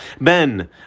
Ben